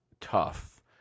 tough